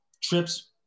trips